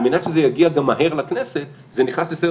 על מנת שזה יגיע גם מהר לכנסת זה נכנס לסדר